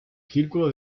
círculo